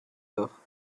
l’or